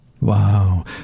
Wow